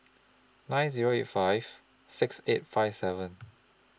nine Zero eight five six eight five seven